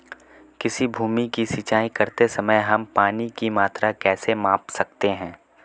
किसी भूमि की सिंचाई करते समय हम पानी की मात्रा कैसे माप सकते हैं?